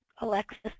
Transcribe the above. Alexis